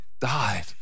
died